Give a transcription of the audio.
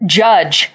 judge